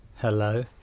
Hello